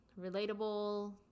relatable